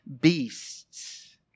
beasts